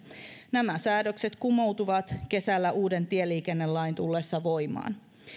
nämä säädökset kumoutuvat kesällä uuden tieliikennelain tullessa voimaan